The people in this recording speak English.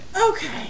Okay